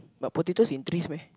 but potatoes in trees meh